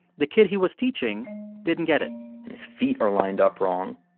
the kid he was teaching didn't get it and his feet are lined up wrong.